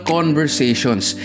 Conversations